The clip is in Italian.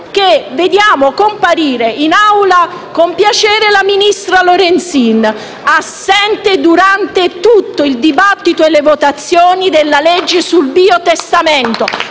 che vediamo comparire in Assemblea, con piacere, la ministra Lorenzin, assente durante tutto il dibattito e le votazioni del disegno di legge sul biotestamento,